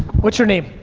what's your name?